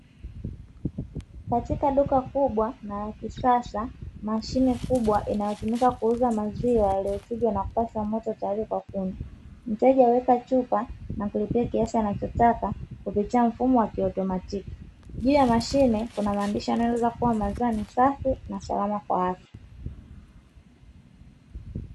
Katika duka kubwa na la kisasa mashine kubwa inayotumika kuuza maziwa yaliyochujwa na kupashwa moto tayari kwa kunywa, mteja huweka chupa na kulipia kiasi anachotaka kupitia mfumo wa kiautomatiki juu ya mashine kuna maandishi yanayoonyesha maziwa ni safi na salama kwa afya.